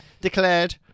declared